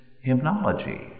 hymnology